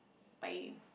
my